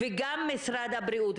וגם של משרד הבריאות,